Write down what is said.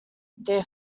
their